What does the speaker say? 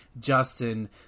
Justin